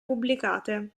pubblicate